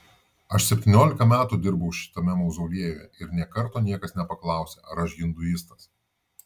aš septyniolika metų dirbau šitame mauzoliejuje ir nė karto niekas nepaklausė ar aš hinduistas